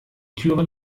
türen